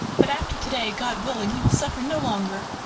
but, after today, god willing, he will suffer no longer.